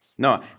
No